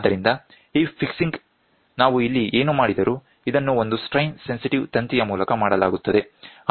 ಆದ್ದರಿಂದ ಈ ಫಿಕ್ಸಿಂಗ್ ನಾವು ಇಲ್ಲಿ ಏನು ಮಾಡಿದರೂ ಇದನ್ನು ಒಂದು ಸ್ಟ್ರೈನ್ ಸೆನ್ಸಿಟಿವ್ ತಂತಿಯ ಮೂಲಕ ಮಾಡಲಾಗುತ್ತದೆ